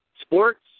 sports